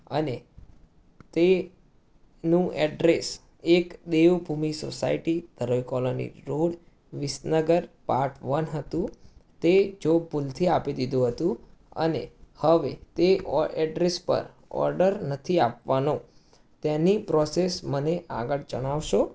અને તેનું એડ્રેસ એક દેવભૂમિ સોસાયટી રેય colony road Visnagar part one હતું તે જો ભૂલથી આપી દીધું હતું અને હવે તે અ એડ્રેસ પર ઓર્ડર નથી આપવાનો તેની પ્રોસેસ મને આગળ જણાવશો